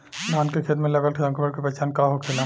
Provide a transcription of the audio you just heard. धान के खेत मे लगल संक्रमण के पहचान का होखेला?